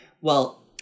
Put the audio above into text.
Well-